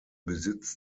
besitz